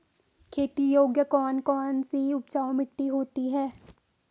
खेती योग्य कौन कौन सी उपजाऊ मिट्टी होती है?